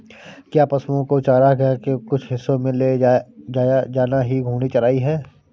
क्या पशुओं को चारागाह के कुछ हिस्सों में ले जाया जाना ही घूर्णी चराई है?